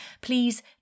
Please